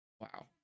Wow